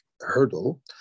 hurdle